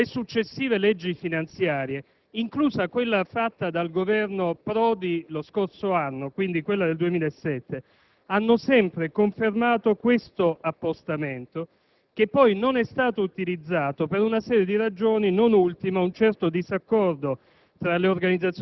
tanti altri incidenti, tanti altri episodi di altrettanta gravità e pericolosità sociale, ma finché sono accaduti al Nord non c'è stato un grande interesse. Volevamo rimarcarlo.